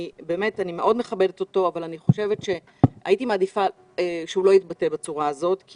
אני באמת מאוד מכבדת אותו אבל הייתי מעדיפה שהוא לא יתבטא בצורה הזאת כי